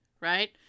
right